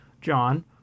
John